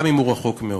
גם אם הוא רחוק מאוד.